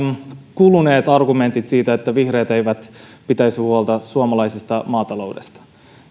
kuluneet argumentit siitä että vihreät eivät pitäisi huolta suomalaisesta maataloudesta